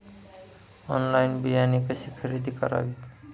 Online बियाणे कशी खरेदी करावीत?